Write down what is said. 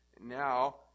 now